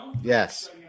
yes